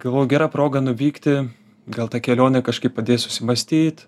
galvoju gera proga nuvykti gal ta kelionė kažkaip padės susimąstyt